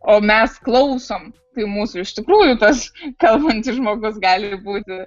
o mes klausom tai mūsų iš tikrųjų tas kalbantis žmogus gali būti